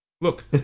Look